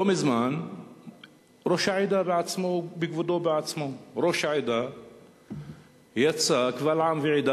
לא מזמן ראש העדה בכבודו ובעצמו יצא קבל עם ועדה